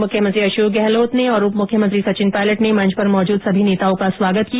मुख्यमंत्री अशोक गहलोत ने और उप मुख्यमंत्री सचिन पायलट ने मंच पर मौजूद सभी नेताओं का स्वागत किया